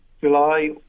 July